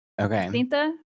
Okay